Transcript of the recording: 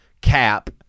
cap